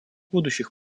будущих